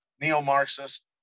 neo-marxist